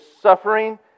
suffering